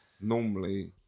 normally